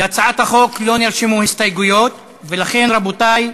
להצעת החוק לא נרשמו הסתייגויות, ולכן, רבותי,